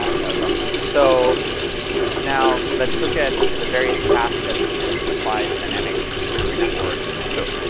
and that was awesome. so now, let's look at the various tasks that we can apply to dynamic memory network, too.